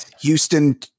Houston